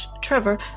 Trevor